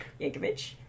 Yankovic